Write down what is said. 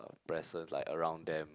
presence like around them